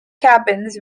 cabins